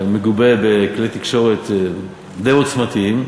שמגובה בכלי תקשורת די עוצמתיים,